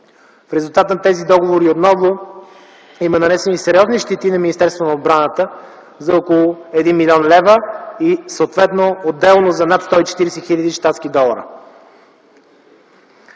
В резултат на тези договори отново има нанесени сериозни щети на Министерството на отбраната за около 1 млн. лева и отделно за над 140 хиляди щатски долара.